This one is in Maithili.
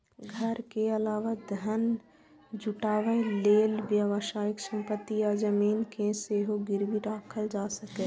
घर के अलावा धन जुटाबै लेल व्यावसायिक संपत्ति आ जमीन कें सेहो गिरबी राखल जा सकैए